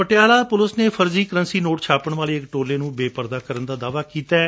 Patiala police ਨੇ ਫਰਜ਼ੀ currency note ਛਾਪਣ ਵਾਲੇ ਇਕ ਟੋਲੇ ਨੂੰ ਬੇਪਰਦ ਕਰਨ ਦਾ ਦਾਅਵਾ ਕੀਤੈ